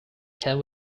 can